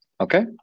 Okay